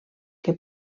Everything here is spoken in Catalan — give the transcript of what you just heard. que